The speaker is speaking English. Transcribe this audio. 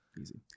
Easy